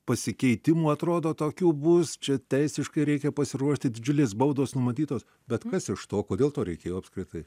pasikeitimų atrodo tokių bus čia teisiškai reikia pasiruošti didžiulės baudos numatytos bet kas iš to kodėl to reikėjo apskritai